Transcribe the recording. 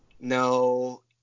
no